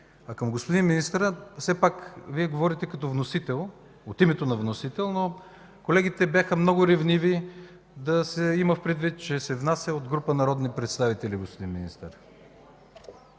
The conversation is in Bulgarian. Към господин министъра – все пак Вие говорите от името на вносител, но колегите бяха много ревниви – да се има предвид, че се внася от група народни представители, господин Министър.